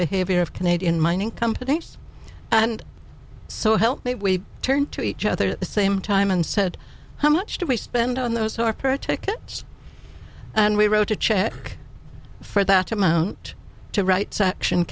behavior of canadian mining companies and so help me we turn to each other at the same time and said how much do we spend on those who are protected and we wrote a check for that amount to write section